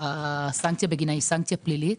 והסנקציה בגינה היא סנקציה פלילית.